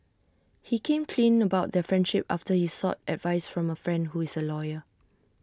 he came clean about their friendship after he sought advice from A friend who is A lawyer